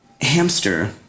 hamster